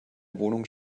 wohnung